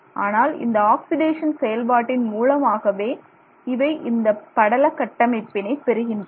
ஆனால் இந்த ஆக்சிடேஷன் செயல்பாட்டின் மூலமாகவே இவை இந்தப் படல கட்டமைப்பினை பெறுகின்றன